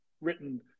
written